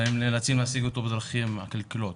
אבל נאלצים להשיג אותו בדרכים עקלקלות.